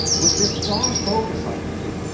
with this strong focus on faith,